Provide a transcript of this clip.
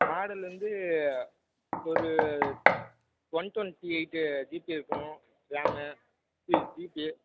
model வந்து ஒரு one twenty eight GB இருக்கணும் ரேம்மு சி ஜிபி